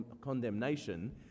condemnation